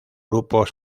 grupos